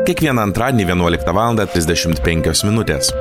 kiekvieną antradienį vienuoliktą valandą trisdešimt penkios minutės